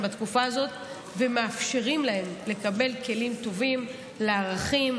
בתקופה הזאת ומאפשרים להם לקבל כלים טובים לערכים,